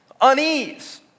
unease